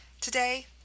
Today